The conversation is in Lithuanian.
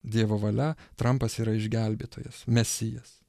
dievo valia trampas yra išgelbėtojas mesijas